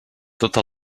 tota